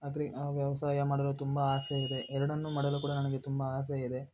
agri ವ್ಯವಸಾಯ ಮಾಡಲು ತುಂಬ ಆಸೆ ಇದೆ ಎರಡನ್ನು ಮಾಡಲು ಕೂಡ ನನಗೆ ತುಂಬ ಆಸೆ ಇದೆ